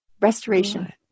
restoration